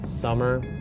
Summer